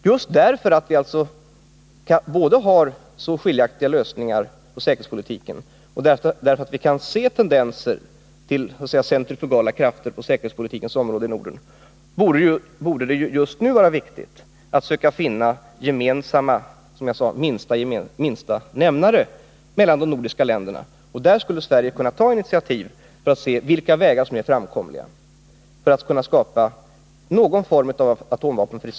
Just på grund av att vi har så skiljaktiga lösningar på det säkerhetspolitiska området och kan se tendenser till centrifugala krafter på detta område i Norden, borde det nu vara viktigt att söka finna den minsta gemensamma nämnaren för de nordiska länderna. Sverige skulle kunna ta initiativ för att se vilka vägar som är framkomliga för att skapa någon form av atomvapenfri zon.